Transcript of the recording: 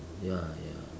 ya ya